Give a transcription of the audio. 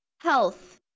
health